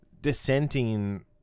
dissenting